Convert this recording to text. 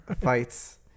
fights